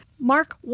Mark